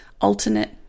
alternate